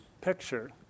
picture